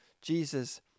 Jesus